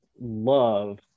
love